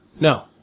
No